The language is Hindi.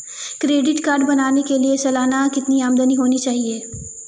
क्रेडिट कार्ड बनाने के लिए सालाना कितनी आमदनी होनी चाहिए?